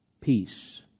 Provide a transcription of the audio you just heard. peace